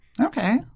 Okay